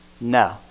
no